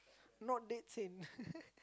not dead sin